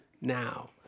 now